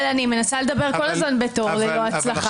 אני מנסה לדבר כל הזמן בתורי ללא הצלחה.